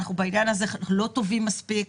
אפשר לראות שאנחנו בעניין הזה לא טובים מספיק,